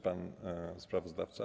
Pan sprawozdawca?